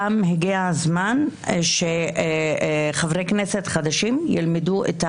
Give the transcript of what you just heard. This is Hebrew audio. הגיע הזמן שחברי כנסת חדשים ילמדו.